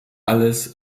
alles